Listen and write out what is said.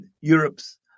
Europe's